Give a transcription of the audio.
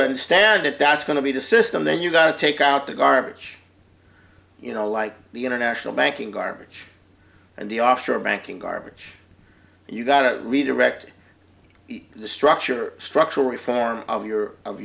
understand it that's going to be the system then you've got to take out the garbage you know like the international banking garbage and the offshore banking garbage you've got to redirect the structure structural reform of your of